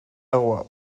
agua